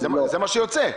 זה מה שיוצא.